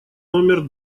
номер